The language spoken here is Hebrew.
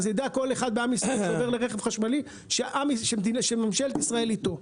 יידע כל אחד בעם ישראל שעובר לרכב חשמלי שממשלת ישראל אתו.